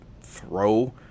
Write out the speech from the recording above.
throw